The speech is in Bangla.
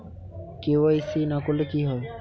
কে.ওয়াই.সি না করলে কি হয়?